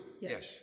yes